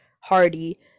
hardy